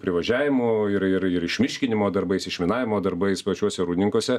privažiavimu ir ir ir išmiškinimo darbais išminavimo darbais pačiuose rūdninkuose